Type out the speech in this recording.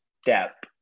step